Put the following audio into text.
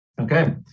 Okay